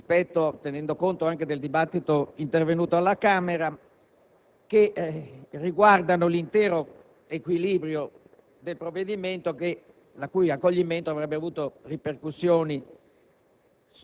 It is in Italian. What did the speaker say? punti, tenendo conto anche del dibattito intervenuto alla Camera, riguardanti l'intero equilibrio del provvedimento, il cui accoglimento avrebbe avuto ripercussioni